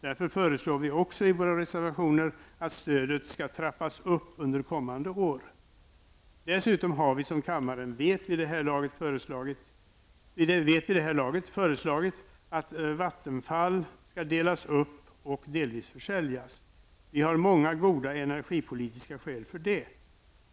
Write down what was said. Därför föreslår vi också i våra reservationer att stödet trappas upp under kommande år. Dessutom har vi, som kammaren vet vid det här laget, föreslagit att Vattenfall skall delas upp och delvis försäljas. Vi har många goda energipolitiska skäl för det.